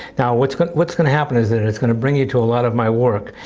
now what's going what's going to happen is that's going to bring you to a lot of my work.